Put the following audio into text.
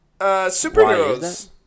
superheroes